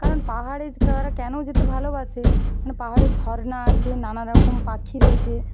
কারণ পাহাড়ে তারা কেন যেতে ভালোবাসে কেন পাহাড়ে ঝর্না আছে নানারকম পাখি রয়েছে